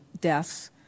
deaths